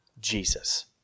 Jesus